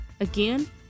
Again